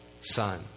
Son